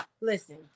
Listen